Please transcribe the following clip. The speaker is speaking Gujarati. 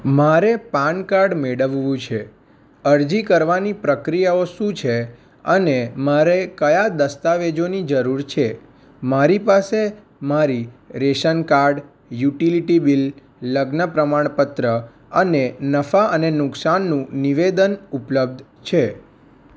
મારે પાન કાર્ડ મેળવવું છે અરજી કરવાની પ્રક્રિયાઓ શું છે અને મારે કયા દસ્તાવેજોની જરૂર છે મારી પાસે મારી રેશનકાર્ડ યુટિલિટી બિલ લગ્ન પ્રમાણપત્ર અને નફા અને નુકસાનનું નિવેદન ઉપલબ્ધ છે